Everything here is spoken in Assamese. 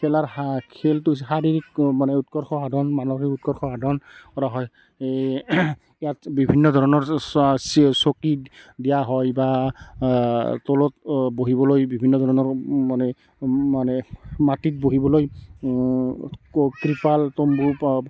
খেলাৰ শা খেলটো হৈছে শাৰীৰিক মানে উৎকৰ্ষ সাধন মানসিক উৎকৰ্ষ সাধন কৰা হয় এই ইয়াত বিভিন্ন ধৰনৰ চকী দিয়া হয় বা তলত বহিবলৈ বিভিন্ন ধৰণৰ মানে মানে মাটিত বহিবলৈ টিপাল তম্বু বা